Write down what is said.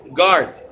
guard